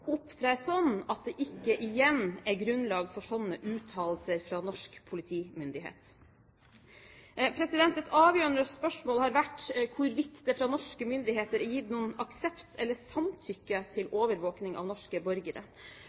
opptrer sånn at det ikke igjen er grunnlag for sånne uttalelser fra norsk politimyndighet. Et avgjørende spørsmål har vært hvorvidt det fra norske myndigheter er gitt noen aksept eller samtykke til overvåkning av norske borgere.